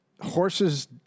horses